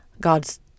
God's